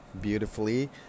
Beautifully